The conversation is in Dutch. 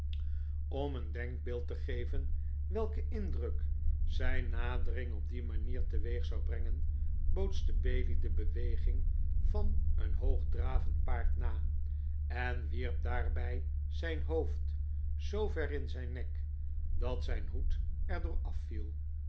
om een denkbeeld te geven welken indruk zijn nadering op die manier teweeg zou brengen bootste bailey de beweging van een hoog dravend paard na en wierp daarbij zijn hoofd zoo ver in zijn nek dat zijn hoed er